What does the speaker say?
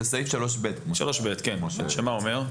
זה סעיף 3ב. כן, 3ב. מה הוא אומר?